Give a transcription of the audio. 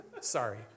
Sorry